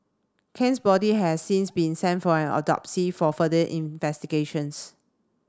khan's body has since been sent for an autopsy for further investigations